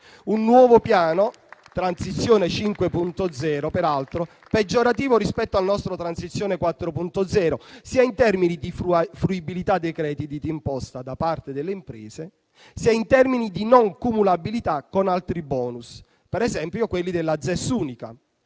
un nuovo piano Transizione 5.0, peraltro peggiorativo rispetto al nostro Transizione 4.0 in termini sia di fruibilità dei crediti di imposta da parte delle imprese, sia di non cumulabilità con altri *bonus*, per esempio quelli della ZES unica.